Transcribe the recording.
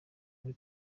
muri